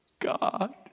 God